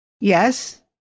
Yes